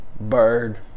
Bird